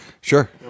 sure